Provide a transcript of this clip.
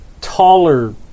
taller